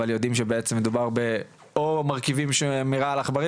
אבל יודעים שמדובר או במרכיבים מרעל עכברים